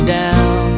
down